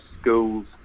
schools